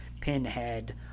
pinhead